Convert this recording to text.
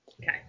Okay